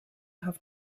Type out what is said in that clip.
have